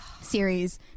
Series